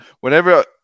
whenever